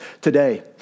today